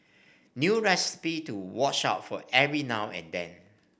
new recipe to watch out for every now and then